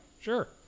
sure